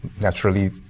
naturally